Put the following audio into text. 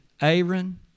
Aaron